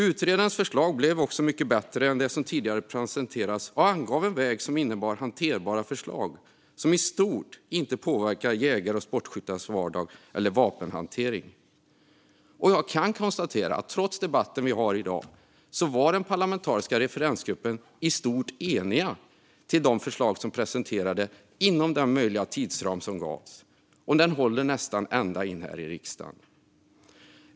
Utredarens förslag blev också mycket bättre än det som tidigare presenterats och angav en väg som innebar hanterbara förslag som i stort inte påverkar jägares och sportskyttars vardag eller vapenhantering. Jag kan konstatera att trots den debatt vi har i dag var den parlamentariska referensgruppen i stort sett enig angående de förslag som presenterades inom den möjliga tidsram som gavs, och det håller nästan ända in i riksdagen.